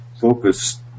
focus